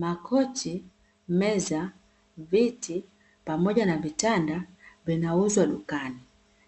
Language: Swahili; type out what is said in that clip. Makochi, meza, viti pamoja na vitanda vinauzwa dukani.